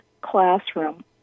classroom